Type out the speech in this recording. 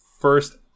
first